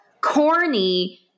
corny